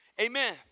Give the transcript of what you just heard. Amen